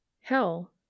Hell